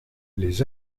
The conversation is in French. les